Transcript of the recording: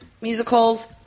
musicals